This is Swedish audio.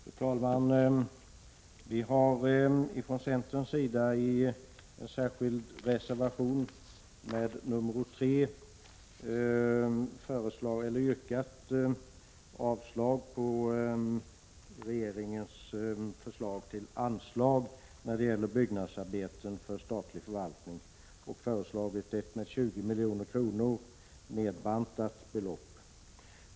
Fru talman! Vi har från centern i reservation 3 yrkat avslag på regeringens förslag till anslag till byggnadsarbeten för statlig förvaltning och föreslagit ett med 20 milj.kr. nedbantat belopp.